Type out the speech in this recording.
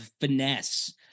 finesse